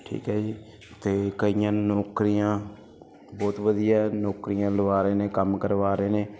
ਠੀਕ ਹੈ ਜੀ ਅਤੇ ਕਈਆਂ ਨੂੰ ਨੌਕਰੀਆਂ ਬਹੁਤ ਵਧੀਆ ਨੌਕਰੀਆਂ ਲਗਵਾ ਰਹੇ ਨੇ ਕੰਮ ਕਰਵਾ ਰਹੇ ਨੇ